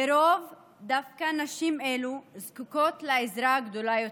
לרוב דווקא נשים אלה זקוקות לעזרה גדולה יותר,